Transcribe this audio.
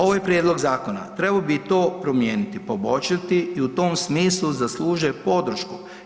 Ovaj prijedlog zakona trebao bi to promijeniti i poboljšati i u tom smislu zaslužuje podršku.